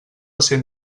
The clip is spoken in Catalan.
cent